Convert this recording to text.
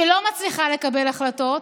שלא מצליחה לקבל החלטות,